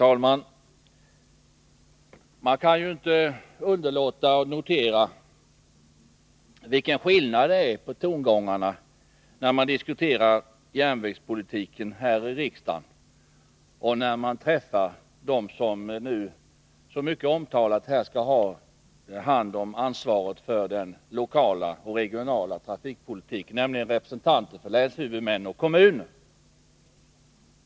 Herr talman! Man kan inte underlåta att notera vilken skillnad det är på tongångarna när man diskuterar järnvägspolitik här i riksdagen och när man träffar dem som nu så omtalat skall ha hand om ansvaret för den lokala och regionala trafikpolitiken, nämligen representanterna för länshuvudmännen och kommunerna.